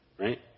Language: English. Right